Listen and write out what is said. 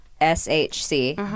S-H-C